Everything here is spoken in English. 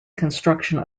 construction